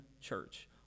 church